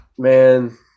Man